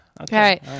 Okay